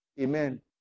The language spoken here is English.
Amen